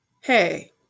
hey